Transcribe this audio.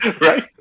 Right